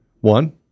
One